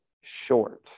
short